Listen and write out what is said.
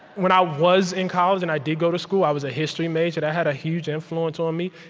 when i was in college and i did go to school, i was a history major. that had a huge influence on me.